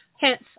hence